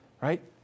right